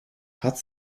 hat